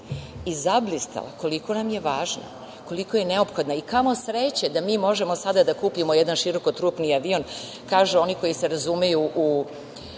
i zablistala koliko nam je važna, koliko je neophodna i kamo sreće da mi možemo sada da kupimo jedan široko trupni avion. Kažu oni koji se razumeju u